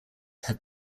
have